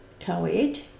co-ed